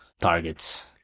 targets